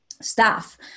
staff